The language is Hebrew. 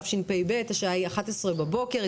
תשפ"ב והשעה היא 11:00 בבוקר.